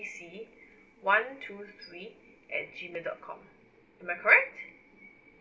C one two three at G mail dot com am I correct